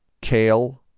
Kale